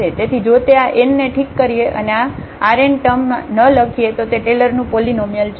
તેથી જો તે આ n ને ઠીક કરીએ અને આ r n ટર્મ ન લખીએ તો તે ટેલરનું પોલીનોમીઅલ છે